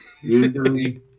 Usually